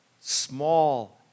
Small